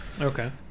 Okay